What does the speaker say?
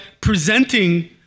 presenting